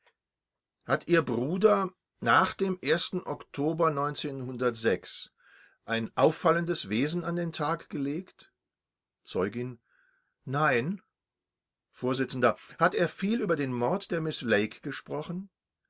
hat ihr bruder nach dem oktober ein auffallendes wesen an den tag gelegt zeugin nein vors hat er viel über den mord der miß lake gesprochen